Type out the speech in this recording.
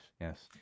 Yes